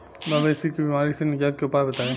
मवेशी के बिमारी से निजात के उपाय बताई?